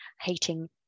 hating